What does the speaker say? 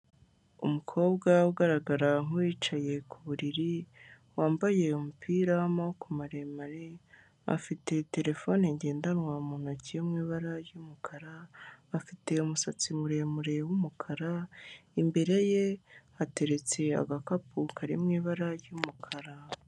Umukobwa ugaragara nkuwicaye ku buriri wambaye umupira w'amaboko maremare, afite terefone ngendanwa mu ntoki iri mu ibara ryumukara. Afite umusatsi muremure w'umukara, imbere ye hateretse agakapu karimo ibara ry'mukara.